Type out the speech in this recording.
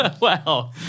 Wow